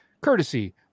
courtesy